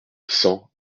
cent